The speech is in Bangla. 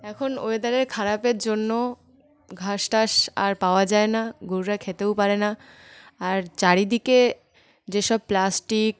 এখন ওয়েদারের খারাপের জন্য ঘাস টাস আর পাওয়া যায় না গরুরা খেতেও পারে না আর চারিদিকে যেসব প্লাস্টিক